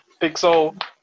Pixel